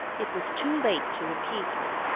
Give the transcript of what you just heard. it was too late to appease her.